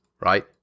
right